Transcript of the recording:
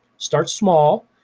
start small,